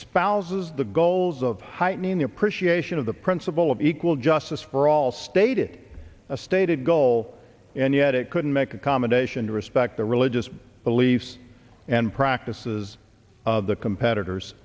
spouses the goals of heightening the appreciation of the principle of equal justice for all stated a stated goal and yet it couldn't make accommodation to respect the religious beliefs and practices of the competitors